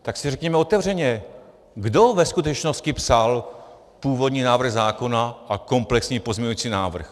Tak si řekněme otevřeně: kdo ve skutečnosti psal původní návrh zákona a komplexní pozměňovací návrh?